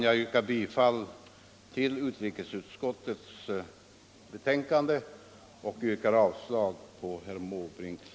Jag yrkar bifall till utrikesutskottets hemställan och avslag på herr Måbrinks förslag.